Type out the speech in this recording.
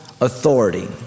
Authority